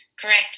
Correct